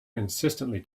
insistently